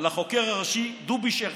על החוקר הראשי דובי שרצר,